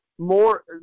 More